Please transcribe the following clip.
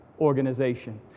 organization